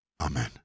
Amen